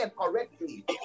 correctly